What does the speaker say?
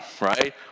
right